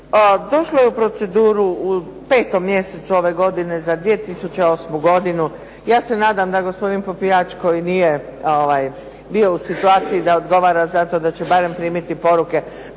Došlo je u proceduru u 5. mjesecu ove godine za 2008. godinu. Ja se nadam da gospodin Popijač koji nije bio u situaciji da odgovara za to da će barem primiti poruke